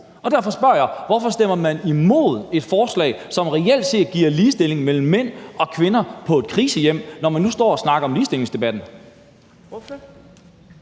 Og derfor spørger jeg: Hvorfor stemmer man imod et forslag, som reelt giver ligestilling mellem mænd og kvinder på et krisehjem, når man nu står og snakker om ligestillingsdebatten? Kl.